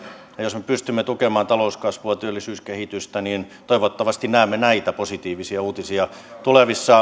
ja jos me pystymme tukemaan talouskasvua ja työllisyyskehitystä niin toivottavasti näemme näitä positiivisia uutisia tulevien